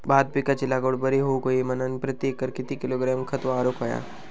भात पिकाची लागवड बरी होऊक होई म्हणान प्रति एकर किती किलोग्रॅम खत मारुक होया?